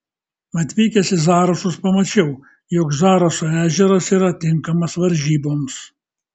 atvykęs į zarasus pamačiau jog zaraso ežeras yra tinkamas varžyboms